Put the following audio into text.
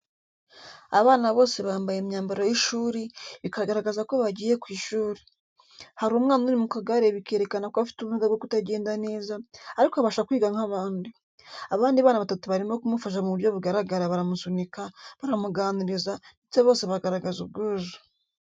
Abana bose bambaye imyambaro y’ishuri, bikagaragaza ko bagiye ku ishuri. Hari umwana uri mu kagare bikerekana ko afite ubumuga bwo kutagenda neza, ariko abasha kwiga nk’abandi. Abandi bana batatu barimo bamufasha mu buryo bugaragara baramusunika, baramuganiriza, ndetse bose bagaragaza ubwuzu.